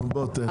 נו, בוא תן.